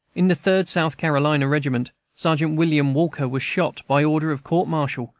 in the third south carolina regiment, sergeant william walker was shot, by order of court-marital,